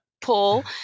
pull